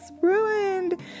ruined